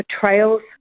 portrayals